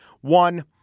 One